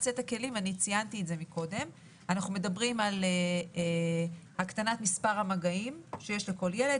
ציינתי מקודם שאנחנו מדברים על הקטנת מספר המגעים שיש לכל ילד,